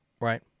Right